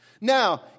Now